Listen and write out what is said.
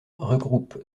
regroupe